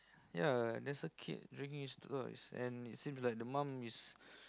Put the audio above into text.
ya there's a kid dragging his toys and it seems like the mum is